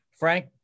Frank